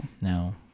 no